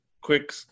quick